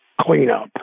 cleanup